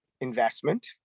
investment